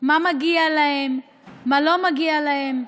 מה מגיע להם, מה לא מגיע להם.